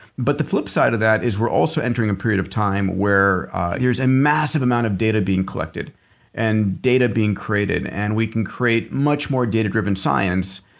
but the flip side of that is we're also entering a period of time where there's a massive amount of data being collected and data being created. and we can create much more data driven science.